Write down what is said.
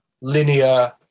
linear